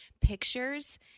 pictures